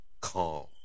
calm